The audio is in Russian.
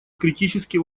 критически